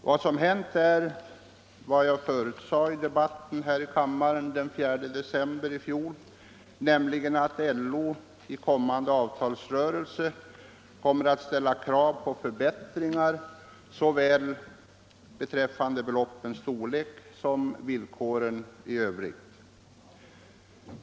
Vad som hänt är vad jag förutsade under debatten här i kammaren den 4 december i fjol, nämligen att LO i avtalsrörelsen har ställt krav på förbättringar av såväl försäkringsbeloppens storlek som villkoren i övrigt.